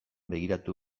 begiratu